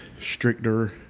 stricter